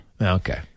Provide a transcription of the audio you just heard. Okay